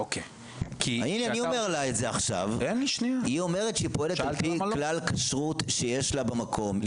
היא אומרת שהיא פועלת על פי כלל הכשרות שיש לה במקום,